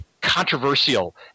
controversial